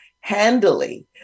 handily